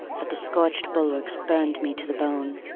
but the scorched bulwarks burned me to the bone.